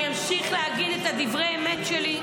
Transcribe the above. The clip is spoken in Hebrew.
ואני אמשיך להגיד את דברי האמת שלי,